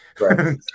Right